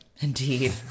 Indeed